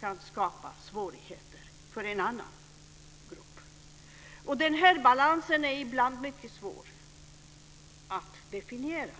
kan skapa svårigheter för en annan grupp. Den här balansen är ibland svår att definiera.